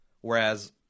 Whereas